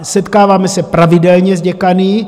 Setkáváme se pravidelně s děkany.